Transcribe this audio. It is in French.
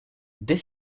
dès